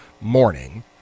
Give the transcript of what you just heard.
morning